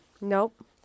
Nope